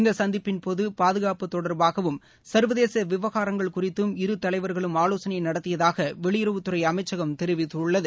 இந்த சந்திப்பின்போது பாதுகாப்பு தொடர்பாகவும் சர்வதேச விவகாரங்கள் குறித்தும் இரு தலைவர்களும் ஆலோசனை நடத்தியதாக வெளியுறவுத்துறை அமைச்சகம் தெரிவித்துள்ளது